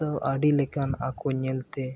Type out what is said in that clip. ᱛᱳ ᱟᱹᱰᱤ ᱞᱮᱠᱟᱱ ᱟᱠᱚ ᱧᱮᱞᱛᱮ